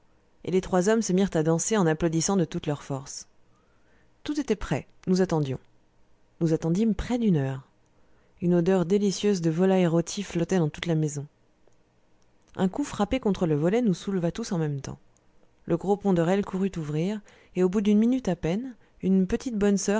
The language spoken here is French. et les trois hommes se mirent à danser en applaudissant de toute leur force tout était prêt nous attendions nous attendîmes près d'une heure une odeur délicieuse de volailles rôties flottait dans toute la maison un coup frappé contre le volet nous souleva tous en même temps le gros ponderel courut ouvrir et au bout d'une minute à peine une petite bonne